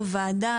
בוועדה,